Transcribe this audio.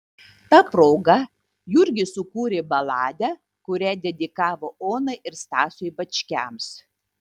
ta proga jurgis sukūrė baladę kurią dedikavo onai ir stasiui bačkiams